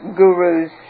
guru's